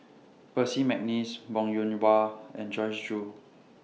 Percy Mcneice Wong Yoon Wah and Joyce Jue